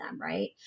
Right